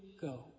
go